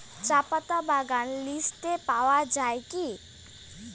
চাপাতা বাগান লিস্টে পাওয়া যায় কি?